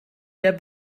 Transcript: der